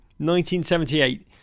1978